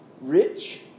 rich